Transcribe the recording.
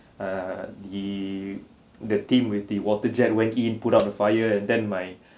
err the the team with the waterjet went in put out the fire and then my